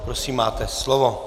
Prosím, máte slovo.